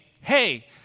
hey